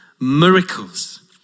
miracles